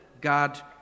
God